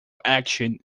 action